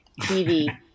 TV